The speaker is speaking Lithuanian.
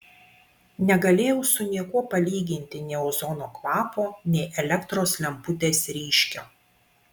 negalėjau su niekuo palyginti nei ozono kvapo nei elektros lemputės ryškio